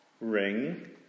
ring